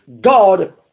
god